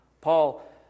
Paul